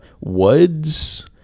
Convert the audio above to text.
woods